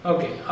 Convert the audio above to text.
Okay